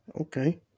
okay